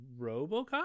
robocop